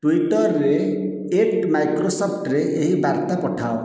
ଟୁଇଟରରେ ଏଟ୍ ମାଇକ୍ରୋସଫ୍ଟରେ ଏହି ବାର୍ତ୍ତା ପଠାଅ